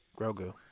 Grogu